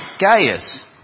Gaius